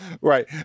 right